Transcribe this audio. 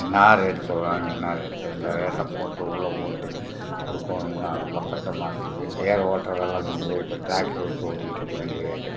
என்ன ரேட்டு சொல்கிறாங்க என்ன ரேட் சொல்கிறாங்க இந்த ரேட்டை போட்டு உள்ள போட்டு குடுக்கணுன்னா ரொம்ப கட்டமாட்டங்குது ஏர் ஓட்டுறதெல்லாம் முடிஞ்சு போய் இப்போ ட்ராக்டர் வச்சு ஓட்டிட்டு இருக்க வேண்டியதாக இருக்குது